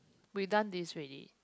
we done this already